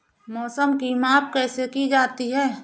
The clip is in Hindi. मौसम की माप कैसे की जाती है?